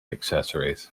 accessories